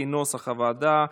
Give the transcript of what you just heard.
כנוסח הוועדה.